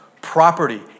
property